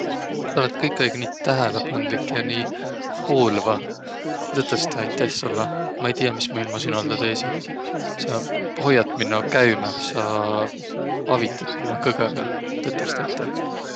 Saq olõt kõikaig nii tähelepandlik ja nii huulva. Tõtõstõ aiteh sullõ, maq ei tiiäq, mis maq ilma sinoldaq teesiq. Saq hoiat minno käümäh, saq avitat minno kõgõga. Tõtõstõ aiteh.